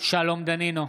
שלום דנינו,